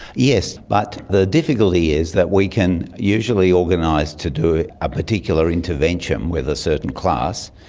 yes, but the difficulty is that we can usually organise to do ah a particular intervention with a certain class.